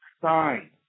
sign